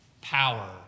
power